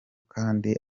kandi